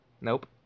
Nope